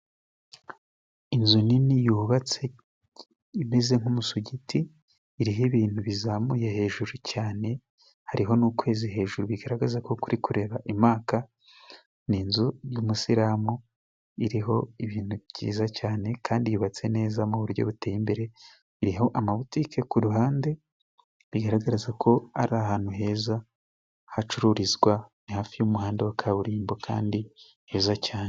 Inzu nini yubatse imeze nk'umusugiti iriho ibintu bizamuye hejuru cyane, hariho n'ukwezi hejuru bigaragaza ko kuri kureba i Maka, ni inzu y'umusilamu iriho ibintu byiza cyane kandi yubatse neza mu buryo buteye imbere, iriho amabutike ku ruhande bigaragaza ko ari ahantu heza hacururizwa, ni hafi y'umuhanda wa kaburimbo kandi heza cyane.